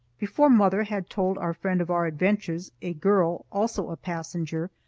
before mother had told our friend of our adventures, a girl, also a passenger,